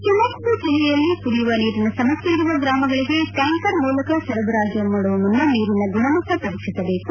ತುಮಕೂರು ಜಿಲ್ಲೆಯಲ್ಲಿ ಕುಡಿಯುವ ನೀರಿನ ಸಮಸ್ಕೆಯಿರುವ ಗ್ರಾಮಗಳಿಗೆ ಟ್ಯಾಂಕರ್ ಮೂಲಕ ಸರಬರಾಜು ಮಾಡುವ ಮುನ್ನ ನೀರಿನ ಗುಣಮಟ್ಟ ಪರೀಕ್ಷಿಸಬೇಕು